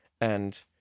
and-